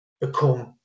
become